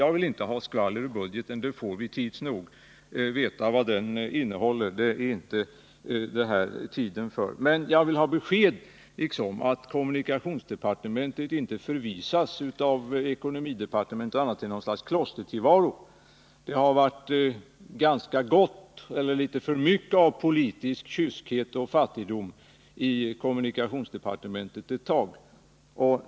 Jag vill inte höra skvaller om budgeten — vi får tids nog veta vad den innehåller, nu är inte tid för det. Men jag vill ha besked om att kommunikationsdepartementet inte förvisas av ekonomidepartement och annat till något slags klostertillvaro. Det har varit litet för mycket av politisk kyskhet 103 och fattigdom inom kommunikationsdepartementet ett tag.